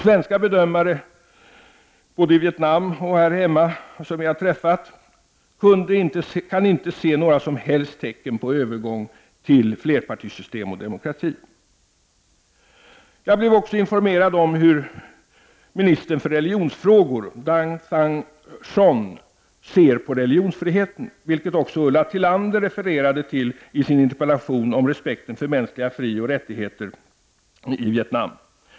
Svenska bedömare som vi har träffat både i Vietnam och här hemma kan inte se några som helst tecken på övergång till flerpartisystem och demokrati. Jag blev också informerad om hur ministern för religionsfrågor, Dang Thanh Chon, ser på religionsfriheten, vilket också Ulla Tillander refererar till i sin interpellation om respekten för mänskliga frioch rättigheter i Vietnam.